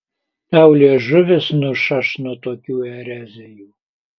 tau liežuvis nušaš nuo tokių erezijų